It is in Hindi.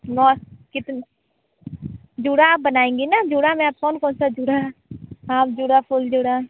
कितना जूड़ा आप बनाएंगी न जूड़ा में आप कौन कौन सा जूड़ा हाफ जूड़ा फूल जूड़ा